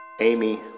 Amy